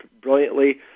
brilliantly